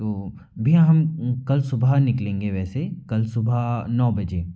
तो भैया हम कल सुबह निकलेंगे वैसे कल सुबह नौ बजे